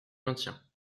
maintiens